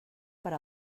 per